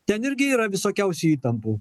ten irgi yra visokiausių įtampų